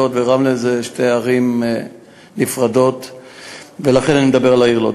לוד ורמלה הן שתי ערים נפרדות ולכן אני מדבר על העיר לוד.